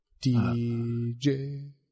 DJ